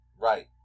Right